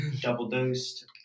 double-dosed